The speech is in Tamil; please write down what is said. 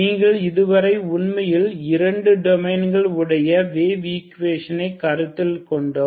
நீங்கள் இதுவரை உண்மையில் இரண்டு டைமென்ஷன் உடைய வேவ் ஈக்குவேஷனை கருத்தில் கொண்டோம்